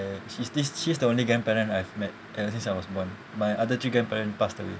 uh she's this she's the only grandparent I've met ever since I was born my other three grandparents passed away